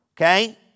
Okay